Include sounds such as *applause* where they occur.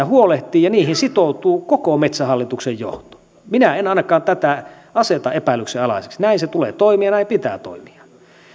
*unintelligible* huolehtii ja niihin sitoutuu koko metsähallituksen johto minä en ainakaan tätä aseta epäilyksen alaiseksi näin sen tulee toimia ja näin pitää toimia